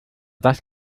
das